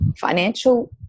financial